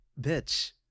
Bitch